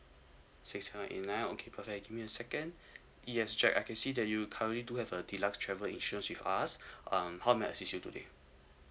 six nine eight nine okay perfect give me a second yes jack I can see that you currently do have a deluxe travel insurance with us um how may I assist you today